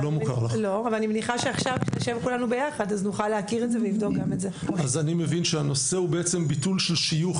אז אני מבין שהנושא הוא בעצם ביטול של שיוך